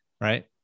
right